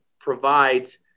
provides